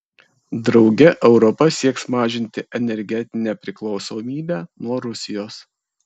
drauge europa sieks mažinti energetinę priklausomybę nuo rusijos